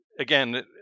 Again